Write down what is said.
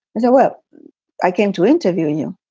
so i came to interview you.